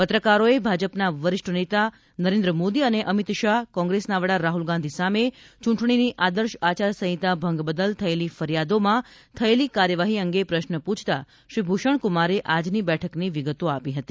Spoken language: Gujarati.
પત્રકારોએ ભાજપના વરિષ્ઠ નેતા નરેન્દ્ર મોદી અને અમિત શાહ કોંગ્રેસના વડા રાહુલ ગાંધી સામે ચૂંટણીની આદર્શ આચાર સંહિતાના ભંગ બદલ થયેલી ફરિયાદોમાં થયેલી કાર્યવાહી અંગે પ્રશ્ન પૂછતા શ્રી ભૂષણકુમારે આજની બેઠકની વિગતો આપી હતી